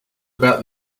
about